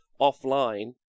offline